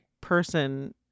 person